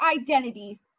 identity